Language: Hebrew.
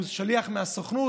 הוא שליח מהסוכנות?